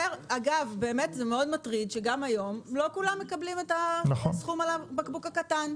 זה מאוד מטריד שגם היום לא כולם מקבלים את הסכומים על הבקבוק הקטן,